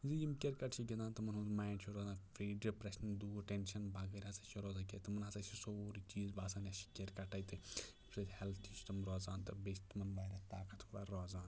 زِ یِم کِرکَٹ چھِ گِنٛدان تِمَن ہُنٛد مایِنٛڈ چھُ روزان فرٛی ڈِپرٛٮ۪شَن دوٗر ٹٮ۪نشَن بَغٲر ہَسا چھِ روزان کیٚنٛہہ تِمَن ہَسا چھِ سورُے چیٖز باسان اَسہِ چھُ کِرکَٹ اتہِ ییٚمہِ سٍتۍ ہیٚلتھی چھِ تِم روزان تہٕ بیٚیہِ چھِ تِمَن واریاہ طاقت وَر روزان